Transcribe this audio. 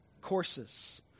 courses